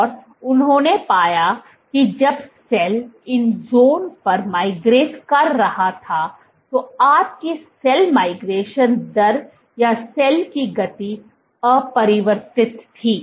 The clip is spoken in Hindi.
और उन्होंने पाया कि जब सेल इन ज़ोन पर माइग्रेट कर रहा था तो आपकी सेल माइग्रेशन दर या सेल की गति अपरिवर्तित थी